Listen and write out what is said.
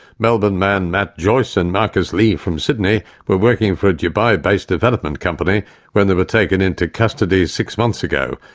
melbourne man matt joyce and marcus lee from sydney were working for a dubai-based development company when they were taken into custody six months ago.